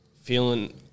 feeling